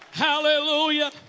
Hallelujah